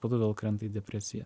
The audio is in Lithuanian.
po to vėl krenta į depresiją